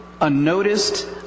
unnoticed